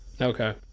Okay